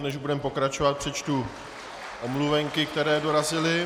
Než budeme pokračovat, přečtu omluvenky, které dorazily.